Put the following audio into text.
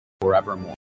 forevermore